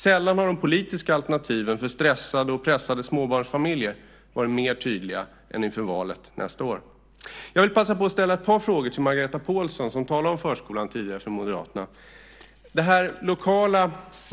Sällan har de politiska alternativen för stressade och pressade småbarnsfamiljer varit mer tydliga än inför valet nästa år. Jag vill passa på att ställa ett par frågor till Margareta Pålsson som tidigare talade om förskolan för Moderaterna.